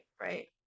right